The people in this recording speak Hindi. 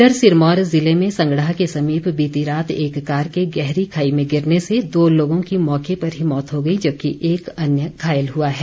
इधर सिरमौर ज़िले में सगड़ाह के समीप बीती रात एक कार के गहरी खाई में गिरने से दो लोगों की मौके पर ही मौत हो गई जबकि एक अन्य घायल हुआ है